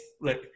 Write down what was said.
Look